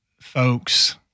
folks